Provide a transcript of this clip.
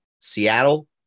Seattle